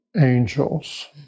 angels